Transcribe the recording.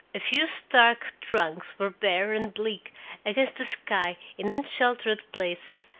a few stark trunks were bare and bleak against the sky in unsheltered places,